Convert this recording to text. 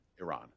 Iran